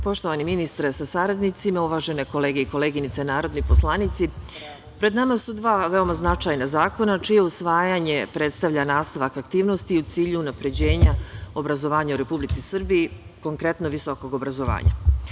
Poštovani ministre sa saradnicima, uvažene kolege i koleginice narodni poslanici, pred nama su dva veoma značajna zakona čije usvajanje predstavlja nastavak aktivnosti u cilju unapređenja obrazovanja u Republici Srbiji, konkretno visokog obrazovanja.